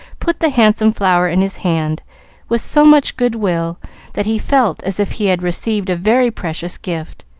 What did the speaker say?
put the handsome flower in his hand with so much good-will that he felt as if he had received a very precious gift.